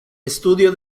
estudio